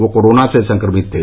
वह कोरोना संक्रमित थे